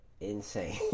insane